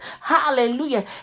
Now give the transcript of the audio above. Hallelujah